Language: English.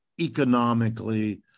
economically